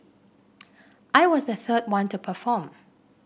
I was the third one to perform